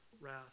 wrath